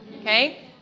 Okay